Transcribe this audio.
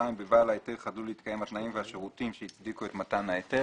בבעל ההיתר חדלו להתקיים התנאים והשירותים שהצדיקו את מתן ההיתר.